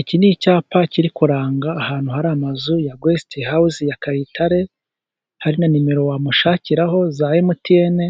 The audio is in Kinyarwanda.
Iki ni icyapa kiri kuranga ahantu hari amazu, ya gesiti hawuzi ya Kayitare, hari na nimero wamushakiraho, za emutiyene